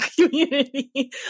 community